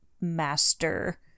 master